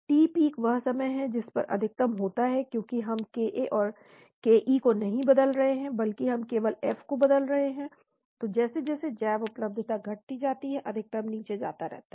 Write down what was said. t peak वह समय है जिस पर अधिकतम होता है क्योंकि हम ke और ka नहीं बदल रहे हैं बल्कि हम केवल F को बदल रहे हैं तो जैसे जैसे जैव उपलब्धता घटती जाती है अधिकतम नीचे जाता रहता है